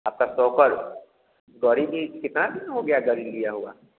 आपका सोकर करीबी कितना दिन हो गया गाड़ी लिया हुआ